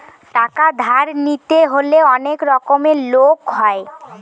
টাকা ধার নিতে হলে অনেক রকমের লোক হয়